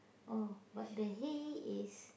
oh but the hay is